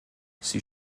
sie